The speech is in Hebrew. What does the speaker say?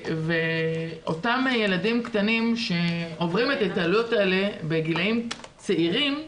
ואותם ילדים קטנים שעוברים את ההתעללויות האלה בגילאים צעירים,